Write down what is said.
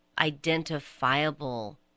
identifiable